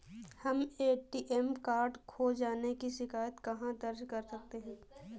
हम ATM card खो जाने की शिकायत कहाँ दर्ज कर सकते हैं?